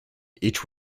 each